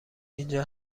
اینجا